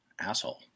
Asshole